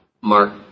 Mark